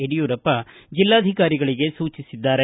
ಯಡಿಯೂರಪ್ಪ ಜಿಲ್ಲಾಧಿಕಾರಿಗಳಿಗೆ ಸೂಚಿಸಿದ್ದಾರೆ